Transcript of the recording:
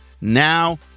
now